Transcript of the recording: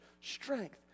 strength